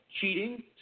cheating